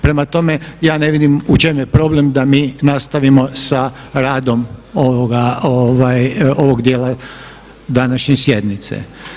Prema tome ja ne vidim u čemu je problem da mi nastavimo sa radom ovog dijela današnje sjednice.